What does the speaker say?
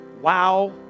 wow